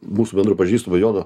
mūsų bendru pažįstamu jonu